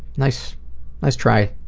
nice nice try.